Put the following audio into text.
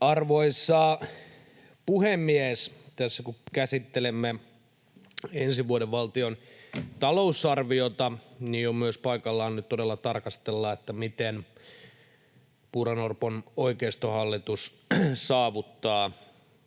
Arvoisa puhemies! Tässä kun käsittelemme ensi vuoden valtion talousarviota, niin on myös paikallaan nyt todella tarkastella, miten Purran— Orpon oikeistohallitus saavuttaa